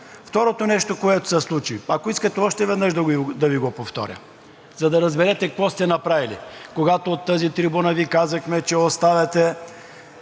Второто нещо, което се случи, ако искате още веднъж да Ви го повторя, за да разберете какво сте направили. Когато от тази трибуна Ви казахме, че оставяте